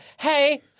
hey